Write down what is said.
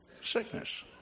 Sickness